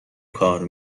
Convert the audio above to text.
کار